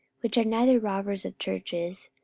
which are neither robbers of churches,